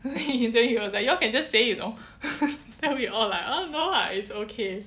then he say he was like you all can just say you know then we all like ah no lah it's okay